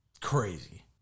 crazy